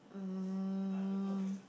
um